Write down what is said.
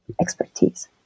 expertise